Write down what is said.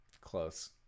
Close